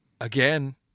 again